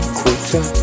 quitter